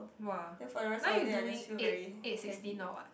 !wah! now you doing eight eight sixteen or what